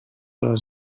les